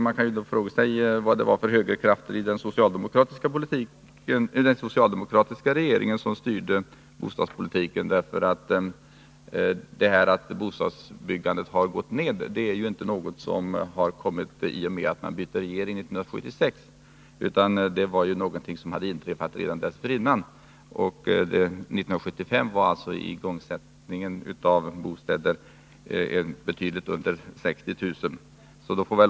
Man kan då fråga sig vad det var för högerkrafter som styrde bostadspolitiken i den socialdemokratiska regeringen — bostadsbyggandet gick nämligen ner redan innan vi bytte regering 1976. År 1975 låg igångsättningen av bostäder betydligt under 60 000 lägenheter.